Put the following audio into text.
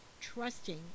trusting